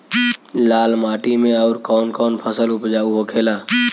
लाल माटी मे आउर कौन कौन फसल उपजाऊ होखे ला?